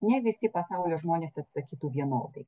ne visi pasaulio žmonės atsakytų vienodai